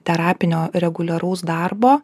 terapinio reguliaraus darbo